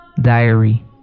Diary